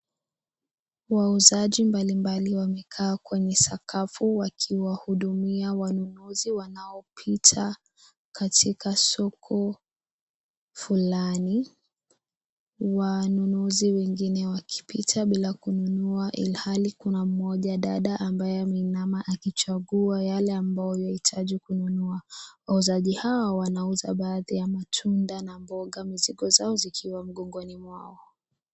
Wauzaji mbalimbali wamekaa kwenye sakafu wakiwahudumia wanunuzi wanaopita katika soko fulani. Wanunuzi wengine wakipita bila kununua ,ilhali kuna mwanadada mmoja ameinama akichagua yale ambayo anahitaji kununua. Wauzaji hao wanauza baadhi ya matunda na mboga ,mizigo zao zikiwa migongoni mwao.